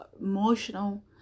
emotional